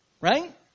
Right